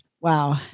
Wow